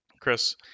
Chris